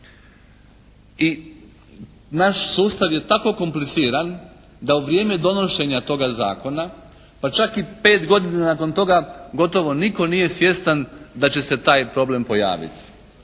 i naš sustav je tako kompliciran da u vrijeme donošenja toga zakona, pa čak i pet godina nakon toga gotovo nitko nije svjestan da će se taj problem pojaviti.